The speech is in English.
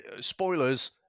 spoilers